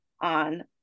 on